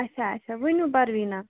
اچھا اچھا ؤنِو پرویٖنا